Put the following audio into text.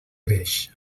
greix